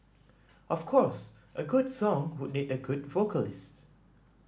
of course a good song would need a good vocalist